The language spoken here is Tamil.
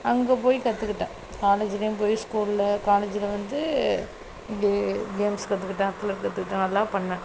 அங்கே போய் கற்றுக்கிட்டேன் காலேஜ்லையும் போய் ஸ்கூலில் காலேஜில் வந்து இப்படி கேம்ஸ் கற்றுக்கிட்டேன் அத்லெட் கற்றுக்கிட்டேன் நல்லா பண்ணேன்